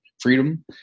Freedom